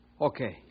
Okay